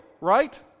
right